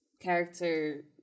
character